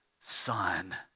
son